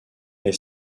est